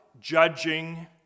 judging